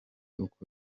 uko